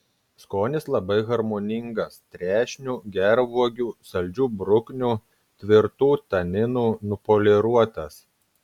skonis labai harmoningas trešnių gervuogių saldžių bruknių tvirtų taninų nupoliruotas